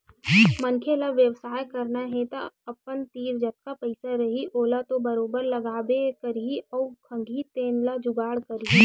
मनखे ल बेवसाय करना हे तअपन तीर जतका पइसा रइही ओला तो बरोबर लगाबे करही अउ खंगही तेन ल जुगाड़ करही